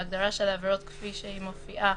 ההגדרה של העבירות כפי שהיא מופיעה